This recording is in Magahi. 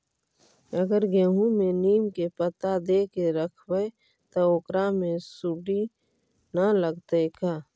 अगर गेहूं में नीम के पता देके यखबै त ओकरा में सुढि न लगतै का?